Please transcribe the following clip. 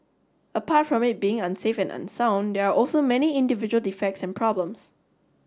apart from it being unsafe and unsound there are also many individual defects and problems